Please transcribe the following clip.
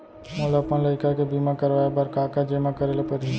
मोला अपन लइका के बीमा करवाए बर का का जेमा करे ल परही?